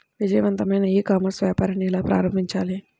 విజయవంతమైన e commerce వ్యాపారాన్ని ఎలా ప్రారంభించాలి?